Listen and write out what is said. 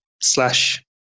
slash